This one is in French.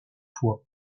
fois